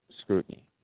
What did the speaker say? scrutiny